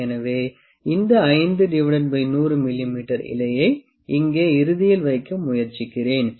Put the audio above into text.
எனவே இந்த 5100 மிமீ இலையை இங்கே இறுதியில் வைக்க முயற்சிக்கிறேன்